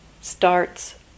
starts